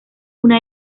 una